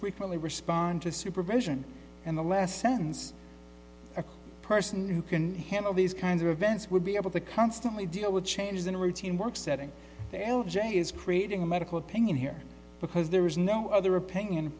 frequently respond to supervision and the last sentence a person who can handle these kinds of events would be able to constantly deal with changes in a routine work setting l j is creating a medical opinion here because there is no other opinion